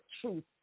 truth